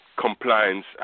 compliance